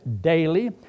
daily